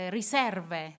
riserve